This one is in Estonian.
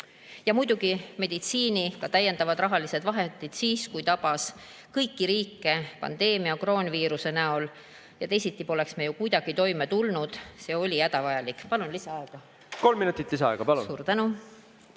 Ja muidugi meditsiini ka täiendavad rahalised vahendid siis, kui kõiki riike tabas pandeemia kroonviiruse näol. Teisiti poleks me ju kuidagi toime tulnud, see oli hädavajalik. Palun lisaaega. Kolm minutit lisaaega, palun! Suur tänu!